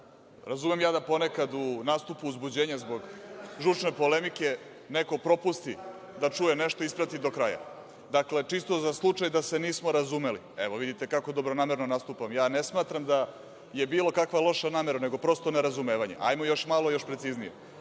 razumem da ponekad u nastupu uzbuđenja zbog žučne polemike neko propusti da čuje nešto i isprati do kraja. Dakle, čisto za slučaj da se nismo razumeli, evo, vidite kako dobronamerno nastupam, ne smatram da je bilo kakva loša namera, nego prosto nerazumevanje. Hajde još malo preciznije,